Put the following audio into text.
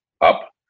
up